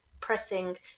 pressing